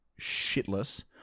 shitless